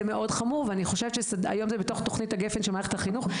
מאוד חמור ואני חושבת שהיום זה בתוך תוכנית הגפן של מערכת החינוך.